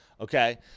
Okay